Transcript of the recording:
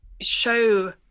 show